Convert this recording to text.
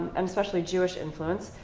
and especially jewish influence.